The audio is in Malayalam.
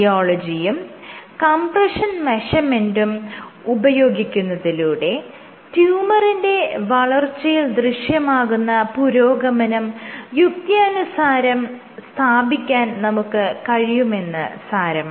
റിയോളജിയും കംപ്രെഷൻ മെഷർമെന്റും ഉപയോഗപ്പെടുത്തുന്നതിലൂടെ ട്യൂമറിന്റെ വളർച്ചയിൽ ദൃശ്യമാകുന്ന പുരോഗമനം യുക്ത്യാനുസാരം സ്ഥാപിക്കാൻ നമുക്ക് കഴിയുമെന്ന് സാരം